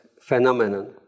phenomenon